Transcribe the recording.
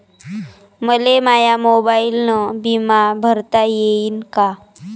मले माया मोबाईलनं बिमा भरता येईन का?